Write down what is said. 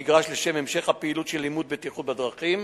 במגרש לשם המשך הפעילות של לימוד בטיחות בדרכים,